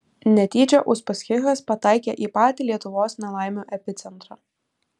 netyčia uspaskichas pataikė į patį lietuvos nelaimių epicentrą